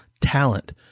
talent